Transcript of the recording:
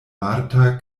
marta